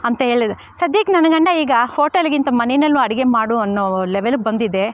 ಅಂತ ಹೇಳಿದ ಸದ್ಯಕ್ಕೆ ನನ್ನ ಗಂಡ ಈಗ ಹೋಟಲ್ಗಿಂತ ಮನೆಯಲ್ಲಿ ಅಡುಗೆ ಮಾಡು ಅನ್ನೋ ಲೆವೆಲಗೆ ಬಂದಿದೆ